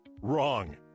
Wrong